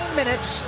minutes